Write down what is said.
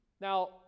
Now